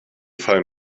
fall